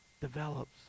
Develops